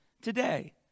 today